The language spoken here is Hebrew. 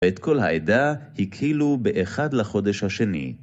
את כל העדה הקהילו באחד לחודש השני.